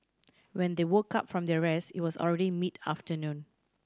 when they woke up from their rest it was already mid afternoon